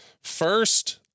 first